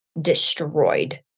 destroyed